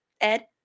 Ed